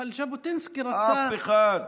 אבל ז'בוטינסקי רצה, אף אחד.